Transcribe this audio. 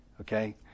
Okay